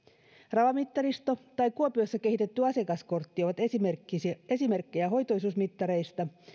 rava mittaristo tai kuopiossa kehitetty asiakaskortti ovat esimerkkejä hoitoisuusmittareista